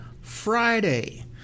friday